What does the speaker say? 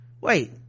wait